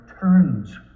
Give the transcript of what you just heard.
turns